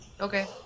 Okay